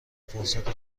فرصت